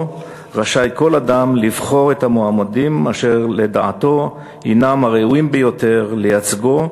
רשאי כל אדם לבחור את המועמדים אשר לדעתו הנם הראויים ביותר לייצגו,